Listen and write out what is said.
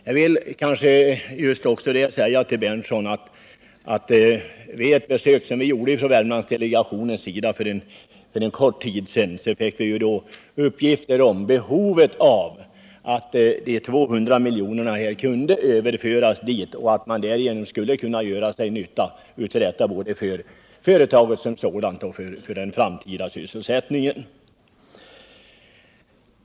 Jag vill också säga till Nils Berndtson att vid ett besök som vi från Värmlandsdelegationens sida gjorde i Säffle för en kort tid sedan fick vi uppgifter om behovet av de 200 miljonerna som kunde överföras dit och göra nytta för det nya företaget som sådant och för den framtida sysselsättningen.